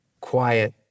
quiet